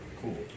cool